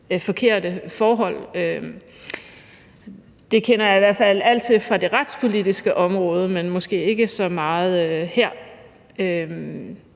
forkerte forhold. Det kender jeg i hvert fald alt til fra det retspolitiske område, men måske ikke så meget her.